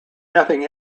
nothing